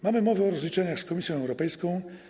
Mamy mowę o rozliczeniach z Komisją Europejską.